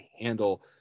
handle